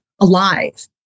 alive